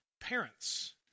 parents